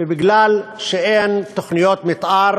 ובגלל שאין תוכניות מתאר